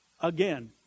Again